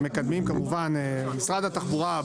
משרד התחבורה,